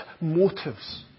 motives